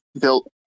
built